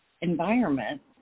environment